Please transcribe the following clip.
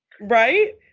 Right